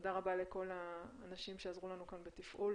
תודה רבה לכל האנשים שעזרו לנו כאן בתפעול,